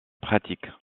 pratiques